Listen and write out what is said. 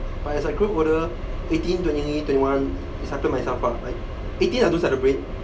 but as I grow older eighteen twenty twenty one I started myself lah eighteen I don't celebrate